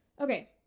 Okay